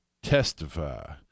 testify